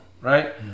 right